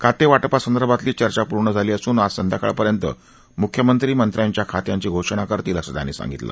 खातेवाटपासंदर्भातली चर्चा पूर्ण झाली असून आज संध्याकाळपर्यंत मुख्यमंत्री मंत्र्यांच्या खात्यांची घोषणा करतील असं त्यांनी सांगितलं